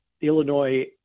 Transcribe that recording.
Illinois